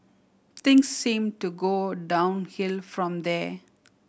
things seemed to go downhill from there